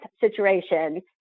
situation